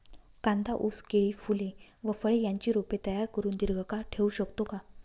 कांदा, ऊस, केळी, फूले व फळे यांची रोपे तयार करुन दिर्घकाळ ठेवू शकतो का?